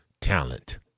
talent